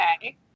okay